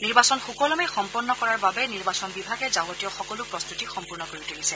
নিৰ্বাচন সুকলমে সম্পন্ন কৰাৰ বাবে নিৰ্বাচন বিভাগে যাৱতীয় সকলো প্ৰস্তুতি সম্পূৰ্ণ কৰি তুলিছে